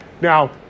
Now